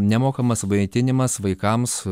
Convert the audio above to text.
nemokamas maitinimas vaikams